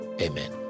amen